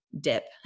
dip